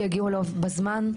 שיגיעו אליו בזמן,